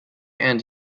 and